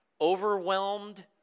overwhelmed